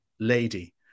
lady